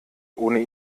ohne